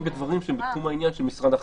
בדברים שהם בתחום העניין של משרד אחר.